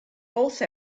also